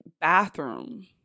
bathroom